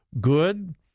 good